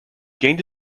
gained